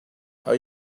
are